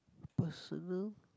personal